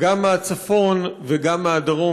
גם מהצפון וגם מהדרום,